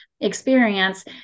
experience